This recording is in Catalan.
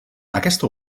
aquesta